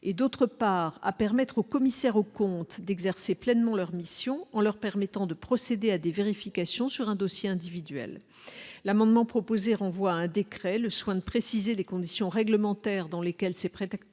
et d'autre part à permettre aux commissaires aux comptes d'exercer pleinement leur mission en leur permettant de procéder à des vérifications sur un dossier individuel l'amendement proposé renvoie à un décret le soin de préciser les conditions réglementaires dans lesquelles s'est prêté